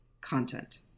content